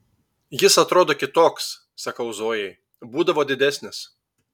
jis atrodo kitoks sakau zojai būdavo didesnis